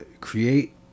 create